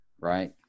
right